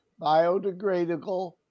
biodegradable